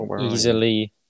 Easily